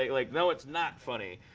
like, no, it's not funny.